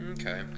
Okay